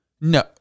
No